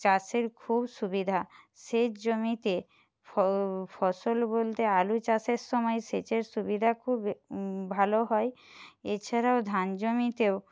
চাষের খুব সুবিধা সেচ জমিতে ফসল বলতে আলু চাষের সময় সেচের সুবিধা খুব ভালো হয় এছাড়াও ধান জমিতেও